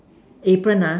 apron ah